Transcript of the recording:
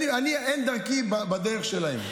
אין דרכי בדרך שלהם.